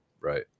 right